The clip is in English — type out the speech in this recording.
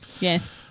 yes